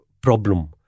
problem